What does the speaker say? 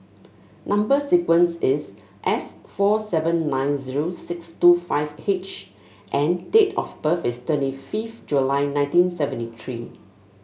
number sequence is S four seven nine zero six two five H and date of birth is twenty fifth July nineteen seventy three